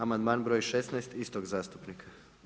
Amandman br. 16. istog zastupnika.